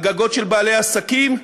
על גגות של בעלי עסקים.